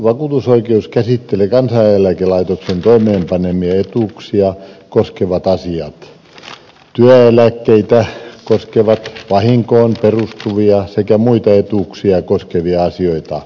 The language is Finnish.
vakuutusoikeus käsittelee kansaneläkelaitoksen toimeenpanemia etuuksia koskevat asiat työeläkkeitä koskevia vahinkoon perustuvia sekä muita etuuksia koskevia asioita